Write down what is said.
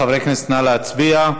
חברי הכנסת, נא להצביע.